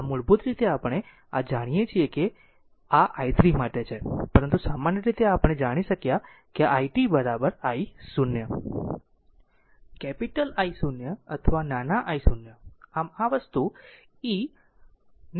આમ મૂળભૂત રીતે આપણે આ જાણીએ છીએ આપણે આ જાણીએ છીએ આ i3 માટે છે પરંતુ સામાન્ય રીતે આપણે જાણી શક્યાં i t I0 કહો કેપિટલ I0 અથવા નાના I0 આમ આ વસ્તુ e t t τ